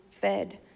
fed